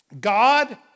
God